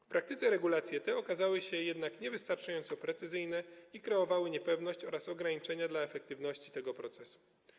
W praktyce regulacje te okazały się jednak niewystarczająco precyzyjne i kreowały niepewność oraz ograniczenia dla efektywności tego procesu.